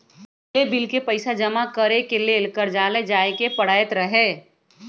पहिले बिल के पइसा जमा करेके लेल कर्जालय जाय के परैत रहए